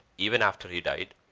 even after the diet